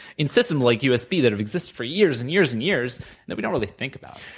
in systems like usb that have existed for years, and years, and years that we don't really think about